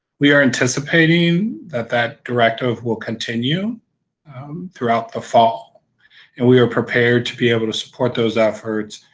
we are anticipating that that directive will continue throughout the fall and we are prepared to be able to support those efforts,